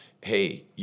hey